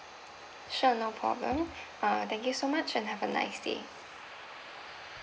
sure no problem uh thank you so much and have a nice day